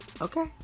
okay